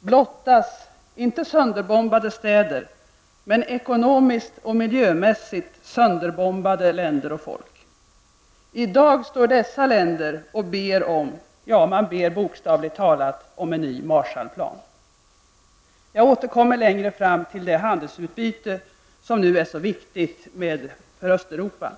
blottas -- inte sönderbombade städer -- men ekonomiskt och miljömässigt sönderbombade länder och folk. I dag står dessa länder och ber om hjälp -- ja, man ber bokstavligt talat om en ny Marshallplan. Jag återkommer längre fram till det handelsutbyte som nu är så viktigt för Östeuropa.